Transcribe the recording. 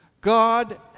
God